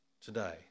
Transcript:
today